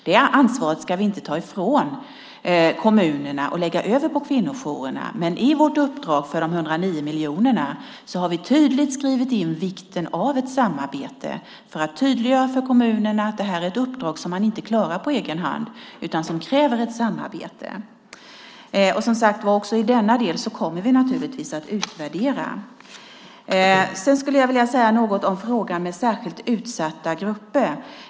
Det ansvaret ska vi inte ta ifrån kommunerna och lägga över på kvinnojourerna, men i vårt uppdrag för de 109 miljonerna har vi tydligt skrivit in vikten av ett samarbete för att tydliggöra för kommunerna att det här är ett uppdrag som man inte klarar på egen hand utan som kräver ett samarbete. Och som sagt var: Även i denna del kommer vi naturligtvis att utvärdera. Sedan skulle jag vilja säga något om frågan om särskilt utsatta grupper.